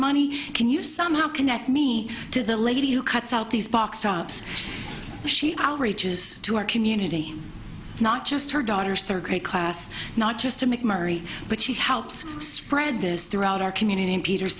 money can you somehow connect me to the lady who cuts out these box tops she out reaches to our community not just her daughter's third grade class not just a mcmurry but she helps spread this throughout our community in peter